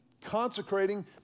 consecrating